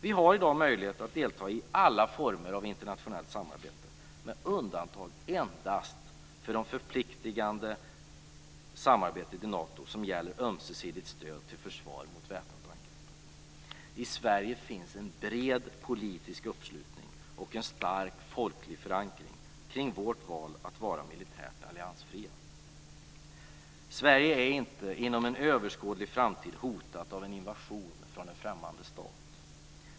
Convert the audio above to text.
Vi har i dag möjlighet att delta i alla former av internationellt samarbete, med undantag endast för det förpliktigande samarbete med Nato som gäller ömsesidigt stöd till försvar mot väpnat angrepp. I Sverige finns en bred politisk uppslutning och en stark folklig förankring kring vårt val att vara militärt alliansfria. Sverige är inte inom en överskådlig framtid hotat av en invasion från främmande stat.